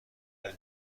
کاری